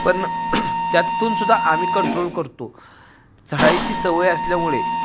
पण त्यातून सुद्धा आम्ही कंट्रोल करतो चढाईची सवय असल्यामुळे